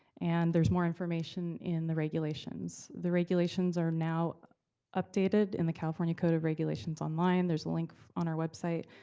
and there's more information in the regulations. the regulations are now updated in the california code of regulations online, there's a link on our website,